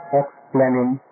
explaining